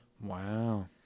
Wow